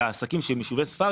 לעסקים שהם ביישובי ספר.